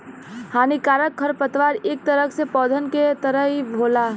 हानिकारक खरपतवार इक तरह से पौधन क तरह ही होला